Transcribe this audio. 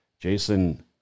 Jason